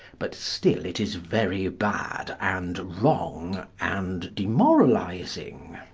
but still it is very bad, and wrong, and demoralising.